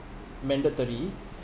mandatory